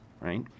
right